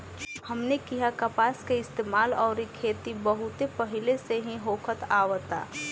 हमनी किहा कपास के इस्तेमाल अउरी खेती बहुत पहिले से ही होखत आवता